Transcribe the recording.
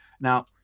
Now